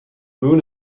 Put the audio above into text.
moon